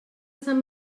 sant